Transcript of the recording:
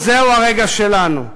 זהו הרגע שלנו,